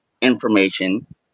information